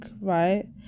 right